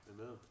Amen